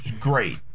great